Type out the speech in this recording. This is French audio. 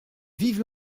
vive